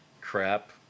crap